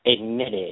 admitted